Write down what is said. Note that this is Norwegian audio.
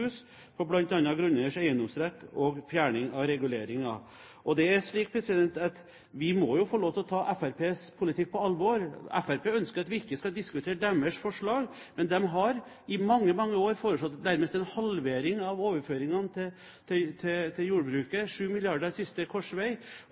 på bl.a. grunneiers eiendomsrett og fjerning av reguleringer. Det er slik at vi må få lov å ta Fremskrittspartiets politikk på alvor. Fremskrittspartiet ønsker at vi ikke skal diskutere deres forslag, men de har i mange, mange år foreslått nærmest en halvering av overføringene til jordbruket – 7 mrd. kr ved siste korsvei – og